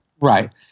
Right